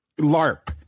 LARP